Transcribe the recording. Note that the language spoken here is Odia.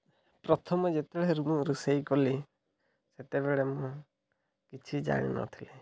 ପ୍ରଥମେ ଯେତେବେଳେ ମୁଁ ରୋଷେଇ କଲି ସେତେବେଳେ ମୁଁ କିଛି ଜାଣିନଥିଲି